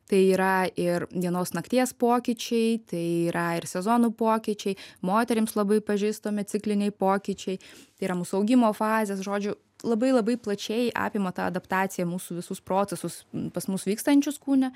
tai yra ir vienos nakties pokyčiai tai yra ir sezonų pokyčiai moterims labai pažįstami cikliniai pokyčiai tai yra mūsų augimo fazės žodžiu labai labai plačiai apima ta adaptacija mūsų visus procesus pas mus vykstančius kūne